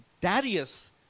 Darius